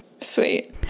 sweet